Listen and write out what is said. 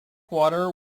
water